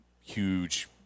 Huge